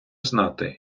знати